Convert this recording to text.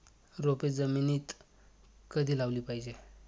रोपे जमिनीत कधी लावली पाहिजे?